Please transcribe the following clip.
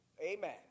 Amen